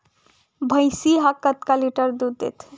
भंइसी हा कतका लीटर दूध देथे?